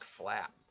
flap